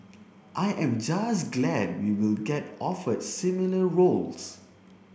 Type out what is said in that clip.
I am just glad we will get offered similar roles